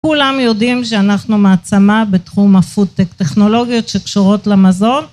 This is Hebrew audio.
כולם יודעים שאנחנו מעצמה בתחום הפוד-טק, טכנולוגיות שקשורות למזון.